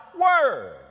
word